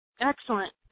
Excellent